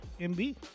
MB